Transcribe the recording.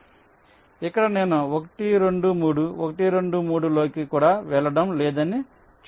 కాబట్టి ఇక్కడ నేను 1 2 3 1 2 3 లోకి కూడా వెళ్ళడం లేదని చెప్తున్నాను